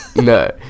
No